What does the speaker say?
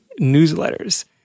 newsletters